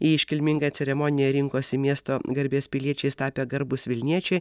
į iškilmingą ceremoniją rinkosi miesto garbės piliečiais tapę garbūs vilniečiai